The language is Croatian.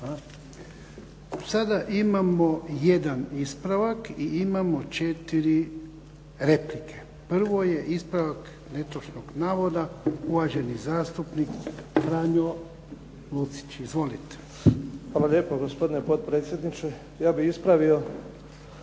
Sada imamo jedan ispravak i imamo četiri replike. Prvo je ispravak netočnog navoda, uvaženi zastupnik Franjo Lucić. Izvolite. **Lucić, Franjo (HDZ)** Hvala lijepo gospodine potpredsjedniče. Ja bih ispravio